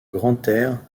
grantaire